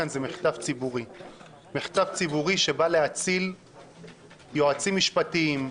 זה מחטף ציבורי שבא להציל יועצים משפטיים,